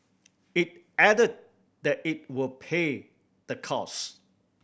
it added that it will pay the cost